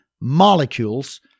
molecules